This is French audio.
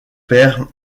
père